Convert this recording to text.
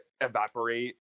evaporate